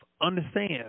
understand